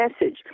message